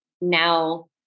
now